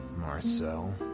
Marcel